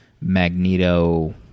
Magneto